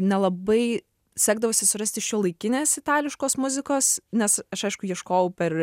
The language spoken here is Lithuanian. nelabai sekdavosi surasti šiuolaikinės itališkos muzikos nes aš aišku ieškojau per